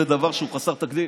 זה דבר שהוא חסר תקדים.